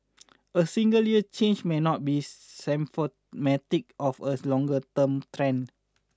a single year's change may not be symptomatic of a longer term trend